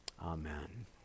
Amen